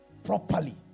Properly